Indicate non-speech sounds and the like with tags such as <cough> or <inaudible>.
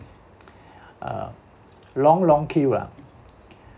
<breath> uh long long queue lah